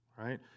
right